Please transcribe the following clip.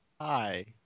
Hi